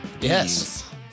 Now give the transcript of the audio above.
yes